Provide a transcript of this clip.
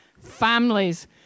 Families